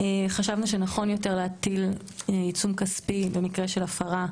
חשבנו שנכון יותר להטיל עיצום כספי במקרה של הפרה,